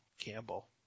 Campbell